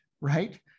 right